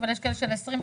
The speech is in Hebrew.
אבל יש כאלה שזה 28,